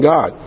God